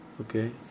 Okay